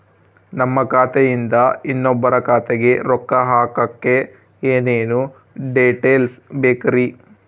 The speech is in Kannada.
ನಮ್ಮ ಖಾತೆಯಿಂದ ಇನ್ನೊಬ್ಬರ ಖಾತೆಗೆ ರೊಕ್ಕ ಹಾಕಕ್ಕೆ ಏನೇನು ಡೇಟೇಲ್ಸ್ ಬೇಕರಿ?